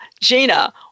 Gina